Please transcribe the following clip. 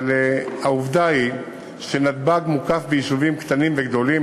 אבל העובדה היא שנתב"ג מוקף ביישובים קטנים וגדולים,